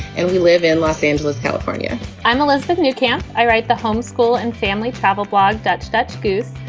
and we live in los angeles, california i'm elizabeth near camp. i write the home school and family travel blog that that skews.